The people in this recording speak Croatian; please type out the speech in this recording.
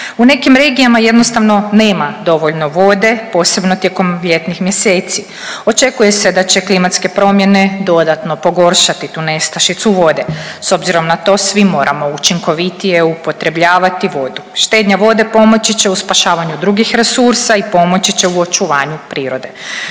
U nekim regijama jednostavno nema dovoljno vode, posebno tijekom ljetnih mjeseci, očekuje se da će klimatske promjene dodatno pogoršati tu nestašicu vode. S obzirom na to svi moramo učinkovitije upotrebljavati vodu, štednja vode pomoći će u spašavanju drugih resursa i pomoći će u očuvanju prirode.